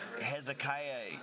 Hezekiah